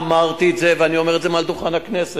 אמרתי את זה ואני אומר את זה מעל דוכן הכנסת,